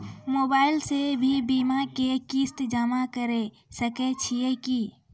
Mobile से भी बीमा के किस्त जमा करै सकैय छियै कि?